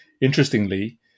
interestingly